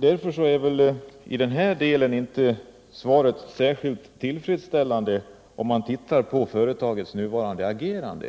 Därför är industriministerns svar på min fråga i den här delen inte särskilt tillfredsställande med tanke på företagets nuvarande agerande.